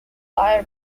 fly